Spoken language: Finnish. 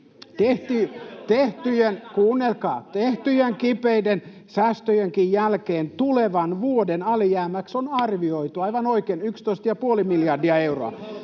Tehtyjen kipeiden säästöjenkin jälkeen tulevan vuoden alijäämäksi on arvioitu, aivan